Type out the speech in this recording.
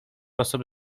osoby